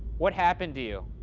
what happened to you?